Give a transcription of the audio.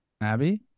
Abby